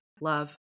love